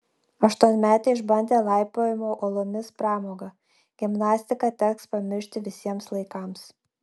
aštuonmetė išbandė laipiojimo uolomis pramogą gimnastiką teks pamiršti visiems laikams